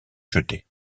jeté